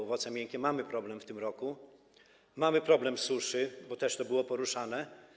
Owoce miękkie, mamy problem w tym roku, mamy problem suszy, to też było poruszane.